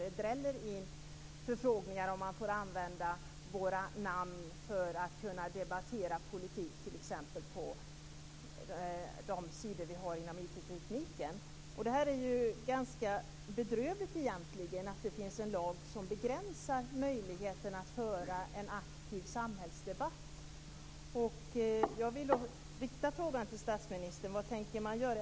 Det dräller in förfrågningar som gäller om man får använda våra namn för att debattera politik, t.ex., på de sidor som vi har inom IT-tekniken. Det är egentligen ganska bedrövligt att det finns en lag som begränsar möjligheterna att föra en aktiv samhällsdebatt. Jag vill rikta frågan till statsministern. Vad tänker man göra?